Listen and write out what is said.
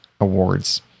awards